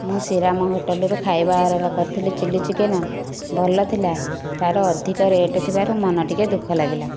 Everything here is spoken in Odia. ମୁଁ ଶୀରାମ ହୋଟେଲ୍ରୁ ଖାଇବା ଅର୍ଡ଼ର୍ କରିଥିଲି ଚିଲି ଚିକେନ୍ ଭଲ ଥିଲା ତା'ର ଅଧିକ ରେଟ୍ ଥିବାରୁ ମନ ଟିକିଏ ଦୁଃଖ ଲାଗିଲା